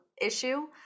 issue